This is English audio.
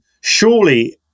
surely